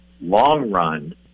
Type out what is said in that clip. long-run